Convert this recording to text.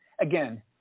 again